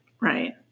Right